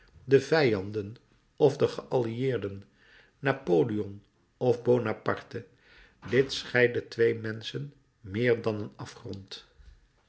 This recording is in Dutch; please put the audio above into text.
de vijanden of de geallieerden napoleon of buonaparte dit scheidde twee menschen meer dan een afgrond